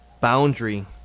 boundary